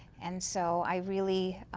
and so i really